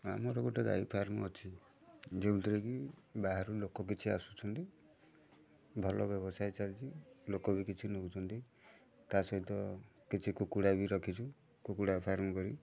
ଆମର ଗୋଟେ ଗାଈ ଫାର୍ମ ଅଛି ଯେଉଁଥରେ କି ବାହାରୁ ଲୋକ କିଛି ଆସୁଛନ୍ତି ଭଲ ବ୍ୟବସାୟ ଚାଲିଛି ଲୋକ ବି କିଛି ନେଉଛନ୍ତି ତା ସହିତ କିଛି କୁକୁଡ଼ା ବି ରଖିଛୁ କୁକୁଡ଼ା ଫାର୍ମ କରି